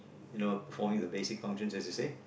you know performing the basic functions as you say